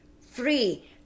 free